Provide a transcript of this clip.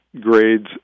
grades